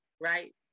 right